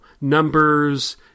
numbers